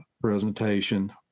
presentation